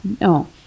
No